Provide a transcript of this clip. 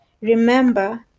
Remember